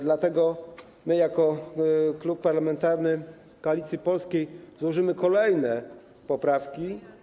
Dlatego my jako Klub Parlamentarny Koalicja Polska złożymy kolejne poprawki.